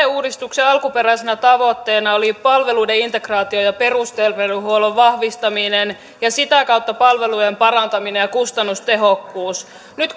uudistuksen alkuperäisenä tavoitteena oli palveluiden integraatio ja ja perusterveydenhuollon vahvistaminen ja sitä kautta palvelujen parantaminen ja kustannustehokkuus nyt